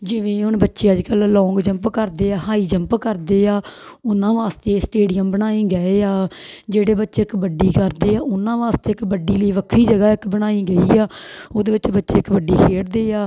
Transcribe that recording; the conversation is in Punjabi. ਜਿਵੇਂ ਹੁਣ ਬੱਚੇ ਅੱਜ ਲੌਂਗ ਜੰਪ ਕਰਦੇ ਹਾਈ ਜੰਪ ਕਰਦੇ ਆ ਉਹਨਾਂ ਵਾਸਤੇ ਸਟੇਡੀਅਮ ਬਣਾਏ ਗਏ ਆ ਜਿਹੜੇ ਬੱਚੇ ਕਬੱਡੀ ਕਰਦੇ ਆ ਉਹਨਾਂ ਵਾਸਤੇ ਕਬੱਡੀ ਲਈ ਵੱਖਰੀ ਜਗ੍ਹਾ ਇੱਕ ਬਣਾਈ ਗਈ ਆ ਉਹਦੇ ਵਿੱਚ ਬੱਚੇ ਕਬੱਡੀ ਖੇਡਦੇ ਆ